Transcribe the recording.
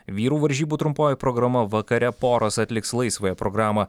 vyrų varžybų trumpoji programa vakare poros atliks laisvąją programą